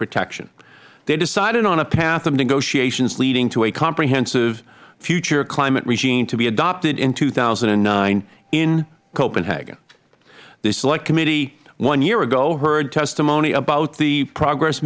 protection they decided on a path of negotiations leading to a comprehensive future climate regime to be adopted in two thousand and nine in copenhagen the select committee one year ago heard testimony about the progress